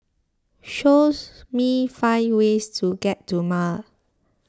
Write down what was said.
show me five ways to get to Male